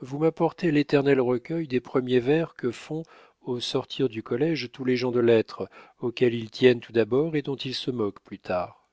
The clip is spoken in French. vous m'apportez l'éternel recueil des premiers vers que font au sortir du collége tous les gens de lettres auquel ils tiennent tout d'abord et dont ils se moquent plus tard